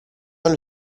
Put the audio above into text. allo